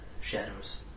shadows